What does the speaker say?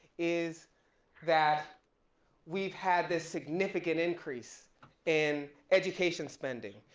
is that we've had this significant increase in education spending.